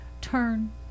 turn